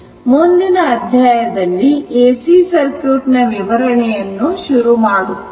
ಮುಂದಿನ ಅಧ್ಯಾಯದಲ್ಲಿ AC circuit ನ ವಿವರಣೆಯನ್ನು ಶುರುಮಾಡುತ್ತೇನೆ